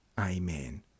Amen